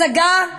הצגה,